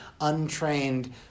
untrained